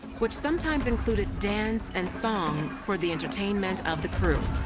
which sometimes included dance and song for the entertainment of the crew.